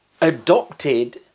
adopted